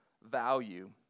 Value